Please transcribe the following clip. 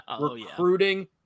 recruiting